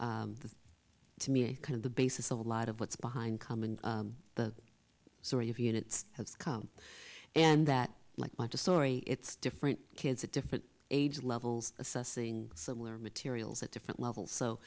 to me kind of the basis of a lot of what's behind come in the story of units has come and that like montessori it's different kids are different age levels assessing similar materials at different levels so